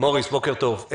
בוקר טוב.